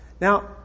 Now